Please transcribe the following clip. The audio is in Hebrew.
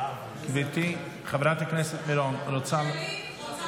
גברתי חברת הכנסת מירון, רוצה לדבר?